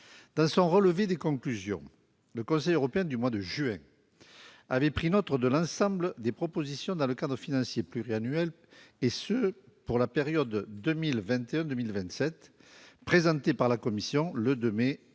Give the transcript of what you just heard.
Dans son relevé de conclusions, le Conseil européen du mois de juin avait pris note de l'ensemble des propositions sur le cadre financier pluriannuel pour la période 2021-2027 présenté par la Commission le 2 mai 2018,